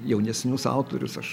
jaunesnius autorius aš